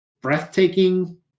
Breathtaking